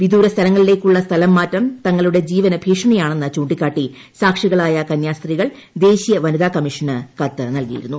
വിദൂരസ്ഥലങ്ങളിലേയ്ക്കുള്ള സ്ഥലംമാറ്റം തങ്ങളുടെ ജീവന് ഭീഷണിയാണെന്ന് ചൂണ്ടിക്കാട്ടി സാക്ഷികളായ കന്യാസ്ത്രീകൾ ദേശീയ വനിതാകമ്മീഷന് കത്ത് നൽകിയിരുന്നു